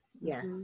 Yes